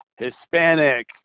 Hispanic